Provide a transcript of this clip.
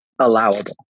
allowable